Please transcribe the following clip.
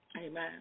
Amen